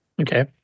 Okay